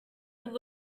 would